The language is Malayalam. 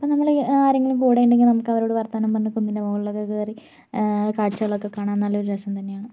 അപ്പം നമ്മളെ ആരെങ്കിലും കൂടെ ഉണ്ടെങ്കിൽ നമുക്ക് അവരോട് വർത്താനം പറഞ്ഞു കുന്നിൻ്റെ മുകളിലൊക്കെ കയറി കാഴ്ചകളൊക്കെ കാണാൻ നല്ലൊരു രസം തന്നെയാണ്